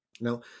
Now